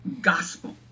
gospel